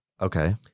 Okay